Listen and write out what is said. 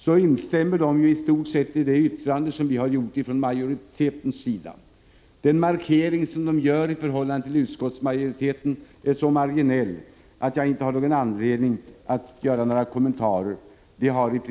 De instämmer i stort sett med det yttrande som majoriteten har gjort. Den markering de gör i förhållande till majoriteten är så marginell att jag inte har någon anledning att göra några kommentarer.